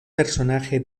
personaje